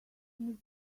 miss